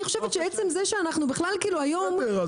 אני חושבת שעצם זה שאנחנו בכלל כאילו היום --- בסדר,